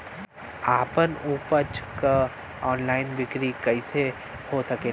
आपन उपज क ऑनलाइन बिक्री कइसे हो सकेला?